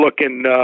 looking